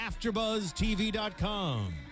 AfterBuzzTV.com